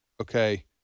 Okay